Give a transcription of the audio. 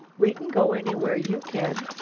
we can go anywhere you can,